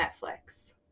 netflix